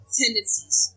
tendencies